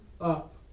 up